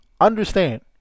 Understand